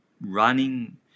running